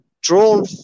drawn